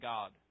God